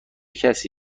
کسی